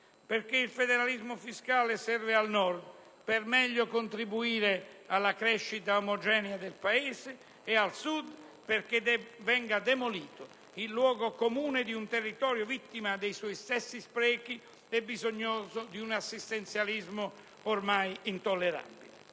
Paese. Il federalismo fiscale, infatti, serve al Nord per meglio contribuire alla crescita omogenea del Paese ed al Sud perché venga demolito il luogo comune di un territorio, vittima dei suoi stessi sprechi e bisognoso di un assistenzialismo ormai intollerante.